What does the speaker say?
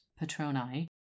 Patroni